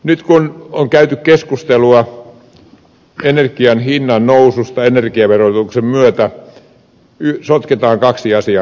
nyt kun on käyty keskustelua energian hinnan noususta energiaverotuksen myötä sotketaan kaksi asiaa keskenään